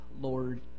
Lord